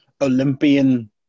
Olympian